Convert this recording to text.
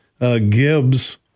Gibbs